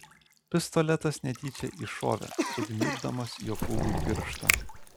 pistoletas netyčia iššovė sugnybdamas jokūbui pirštą